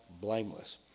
blameless